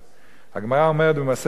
הגמרא אומרת במסכת שבת,